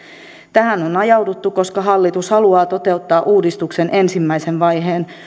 tähän on on ajauduttu koska hallitus haluaa toteuttaa uudistuksen ensimmäisen vaiheen